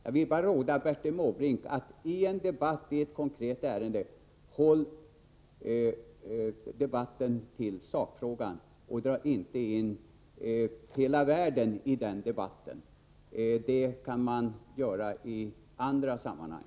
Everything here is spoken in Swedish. Jag vill råda Bertil Måbrink att i en debatt i ett konkret ärende hålla sig till sakfrågan och inte dra in hela världen i den debatten. Det kan man göra i andra sammanhang.